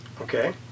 okay